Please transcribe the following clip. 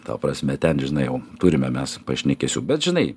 ta prasme ten žinai jau turime mes pašnekesių bet žinai